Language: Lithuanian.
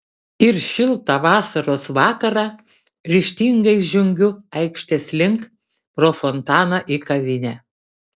ir šiltą vasaros vakarą ryžtingai žengiu aikštės link pro fontaną į kavinę